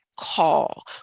Call